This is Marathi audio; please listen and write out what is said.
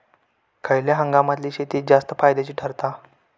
खयल्या हंगामातली शेती जास्त फायद्याची ठरता?